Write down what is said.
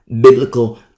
biblical